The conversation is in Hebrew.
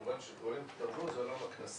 כמובן --- תרבות זה עולם הכנסים,